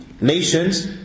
nations